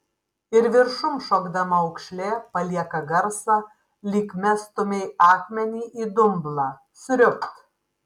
ir viršun šokdama aukšlė palieka garsą lyg mestumei akmenį į dumblą sriubt